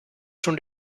schon